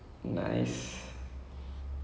I find it very entertaining like